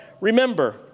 remember